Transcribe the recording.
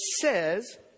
says